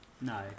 No